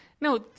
No